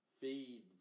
feed